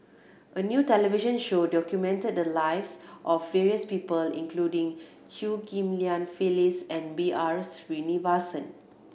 a new television show documented the lives of various people including Chew Ghim Lian Phyllis and B R Sreenivasan